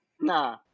Nah